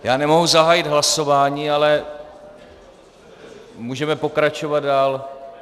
Já nemohu zahájit hlasování, ale můžeme pokračovat dál.